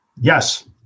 Yes